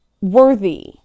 Worthy